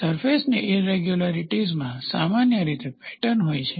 સરફેસની ઈરેગ્યુલારીટીઝમાં સામાન્ય રીતે પેટર્ન હોય છે